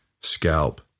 scalp